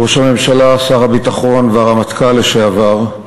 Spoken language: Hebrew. ראש הממשלה, שר הביטחון והרמטכ"ל לשעבר,